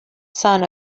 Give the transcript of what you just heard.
son